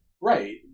right